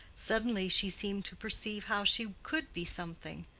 suddenly she seemed to perceive how she could be something.